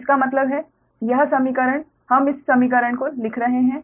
तो इसका मतलब है यह समीकरण हम इस समीकरण को लिख रहे हैं